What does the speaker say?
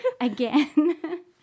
again